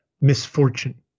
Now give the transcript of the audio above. misfortune